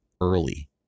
early